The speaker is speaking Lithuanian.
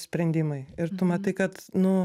sprendimai ir tu matai kad nu